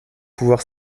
pouvoir